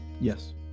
Yes